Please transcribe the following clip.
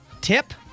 tip